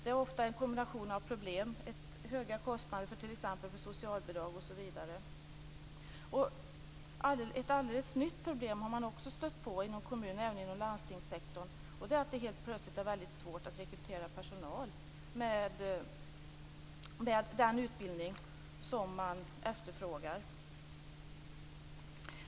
Det är ofta en kombination av problem, t.ex. höga kostnader för socialbidrag osv. Ett alldeles nytt problem har man stött på inom kommuner och landsting, och det är att det plötsligt är väldigt svårt att rekrytera personal med den utbildning som man efterfrågar.